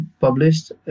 published